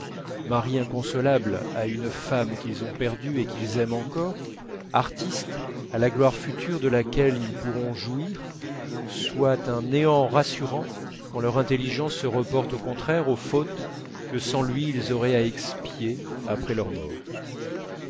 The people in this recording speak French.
maris inconsolables à une femme qu'ils ont perdue et qu'ils aiment encore artistes à la gloire future de laquelle ils pourront jouir soit un néant rassurant quand leur intelligence se reporte au contraire aux fautes que sans lui ils auraient à expier après leur mort